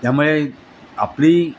त्यामुळे आपली